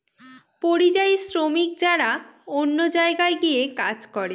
পরিযায়ী শ্রমিক যারা অন্য জায়গায় গিয়ে কাজ করে